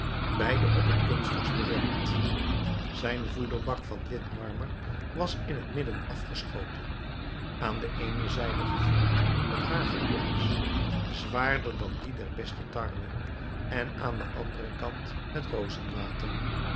beide op het kunstigst bewerkt zijn voederbak van wit marmer was in het midden afgeschoten aan de eene zijde gevuld met haverkorrels zwaarder dan die der beste tarwe en aan den anderen kant met